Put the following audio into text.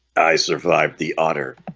i survived the otter